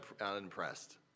unimpressed